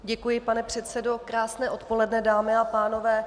Děkuji, pane předsedo, krásné odpoledne, dámy a pánové.